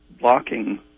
blocking